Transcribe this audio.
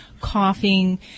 coughing